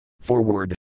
Forward